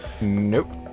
Nope